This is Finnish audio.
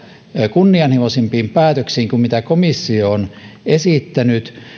kunnianhimoisempiin päätöksiin kuin mitä komissio on esittänyt